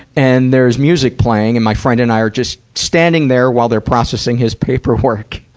and there's music playing. and my friend and i are just standing there while they're processing his paperwork.